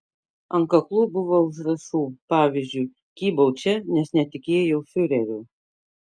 ant kaklų buvo užrašų pavyzdžiui kybau čia nes netikėjau fiureriu